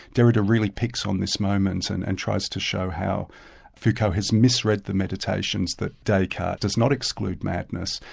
derrida really picks on this moment and and tries to show how foucault has mis-read the meditations that descartes does not exclude madness,